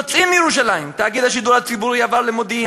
יוצאים מירושלים: תאגיד השידור הציבורי עבר למודיעין,